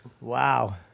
Wow